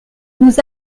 nous